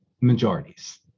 majorities